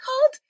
called